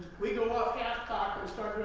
we go off half cocked and start